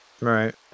Right